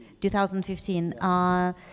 2015